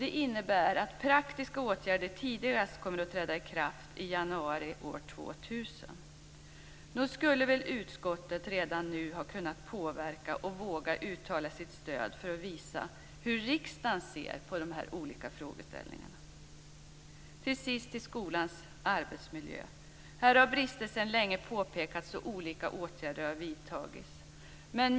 Det innebär att vad som sägs om praktiska åtgärder tidigast kommer att träda i kraft i januari år 2000. Nog skulle väl utskottet redan nu ha kunnat påverka och ha vågat uttala sitt stöd för att visa hur riksdagen ser på de här olika frågeställningarna. Till sist några ord om skolans arbetsmiljö. Här har man under lång tid pekat på brister, och olika åtgärder har vidtagits.